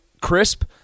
crisp